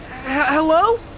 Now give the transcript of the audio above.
Hello